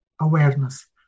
awareness